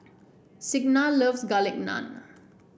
Signa loves Garlic Naan